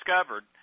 discovered